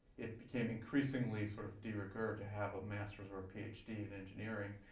it became increasingly sort of de rigeur to have a master's or a ph d in engineering.